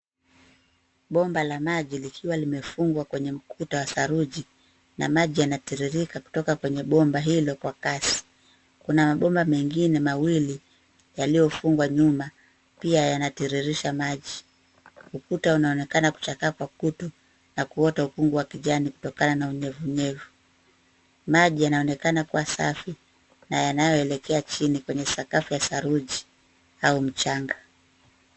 Bomba la maji likiwa limefungwa kwenye ukuta wa saruji na maji yanatiririka kutoka kwenye bomba hilo kwa kasi. Kuna mabomba mengine mawili yaliyofungwa nyuma pia yanatiririsha maji. Ukuta unaonekana kuchakaa kwa kutu na kuota ukungu wa kijani kutokana na unyevuunyevu. Maji yanaonekana kuwa safi na yanayoelekea chini kwenye sakafu ya saruji au mchanga.